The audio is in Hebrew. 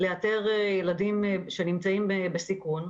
לאתר ילדים שנמצאים בסיכון.